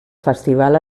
festival